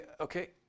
okay